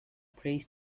prays